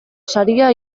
saria